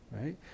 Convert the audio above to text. right